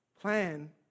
plan